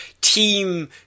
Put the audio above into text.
team